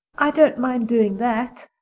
i don't mind doing that,